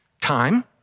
Time